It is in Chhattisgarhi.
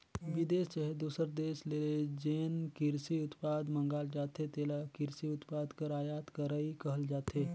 बिदेस चहे दूसर देस ले जेन किरसी उत्पाद मंगाल जाथे तेला किरसी उत्पाद कर आयात करई कहल जाथे